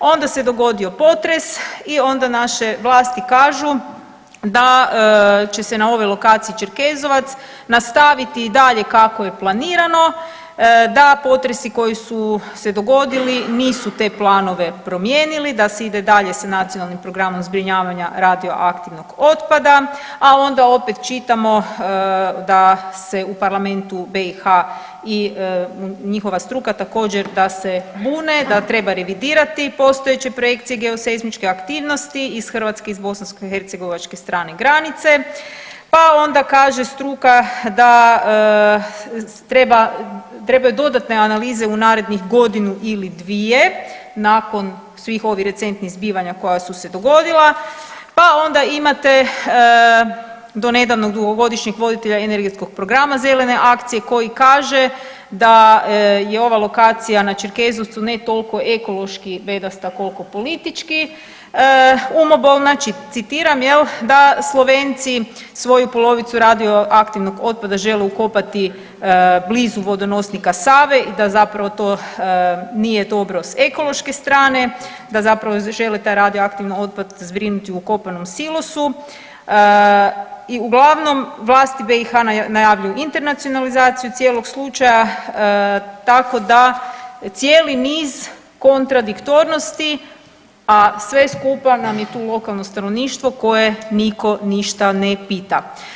Onda se dogodio potres i onda naše vlasti kažu da će se na ovoj lokaciji Čerkezovac nastaviti i dalje kako je planirano da potresi koji su se dogodili nisu te planove promijenili da se ide dalje sa Nacionalnim programom zbrinjavanja radioaktivnog otpada, a onda opet čitamo da se u parlamentu BiH i njihova struka također da se bune, da treba revidirati postojeće projekcije geoseizmičke aktivnosti i s hrvatske i s bosanskohercegovačke strane granice, pa onda kaže struka da trebaju dodatne analize u narednih godinu ili dvije nakon svih ovih recentnih zbivanja koja su se dogodila, pa onda imate donedavnog dugogodišnjeg voditelja energetskog programa zelene akacije koji kaže da je ova lokacija na Čerkezovcu ne toliko ekološki bedasta koliko „politički umobolna“ citiram jel da Slovenci svoju polovicu radioaktivnog otpada žele ukopati blizu vodonosnika Save i da zapravo to nije dobro s ekološke strane, da zapravo žele taj radioaktivni otpad zbrinuti u ukopanom silosu i uglavnom vlasti BiH najavljuju internacionalizaciju cijelog slučaja tako da cijeli niz kontradiktornosti, a sve skupa nam je tu lokalno stanovništvo koje niko ništa ne pita.